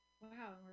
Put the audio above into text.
Wow